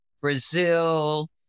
Brazil